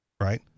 Right